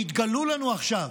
והן התגלו לנו עכשיו,